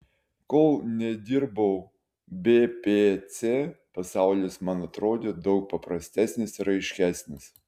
kol nedirbau bpc pasaulis man atrodė daug paprastesnis ir aiškesnis